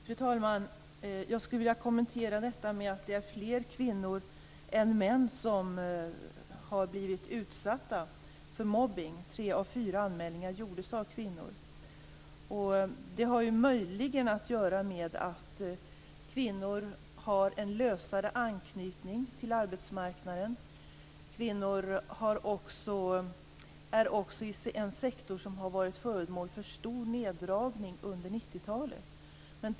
Fru talman! Jag skulle vilja kommentera detta att fler kvinnor än män har blivit utsatta för mobbning. Tre av fyra anmälningar gjordes av kvinnor. Det har möjligen att göra med att kvinnor har en lösare anknytning till arbetsmarknaden. Kvinnor är också i en sektor som har varit föremål för stor neddragning under 90-talet.